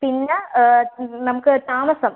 പിന്നെ നമ്മൾക്ക് താമസം